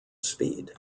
speed